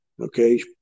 okay